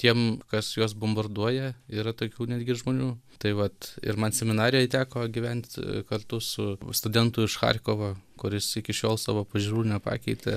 tiem kas juos bombarduoja yra tokių netgi žmonių tai vat ir man seminarijoj teko gyvent kartu su studentu iš charkovo kuris iki šiol savo pažiūrų nepakeitė